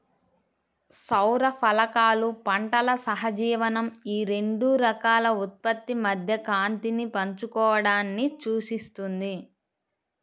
సౌర ఫలకాలు పంటల సహజీవనం ఈ రెండు రకాల ఉత్పత్తి మధ్య కాంతిని పంచుకోవడాన్ని సూచిస్తుంది